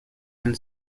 den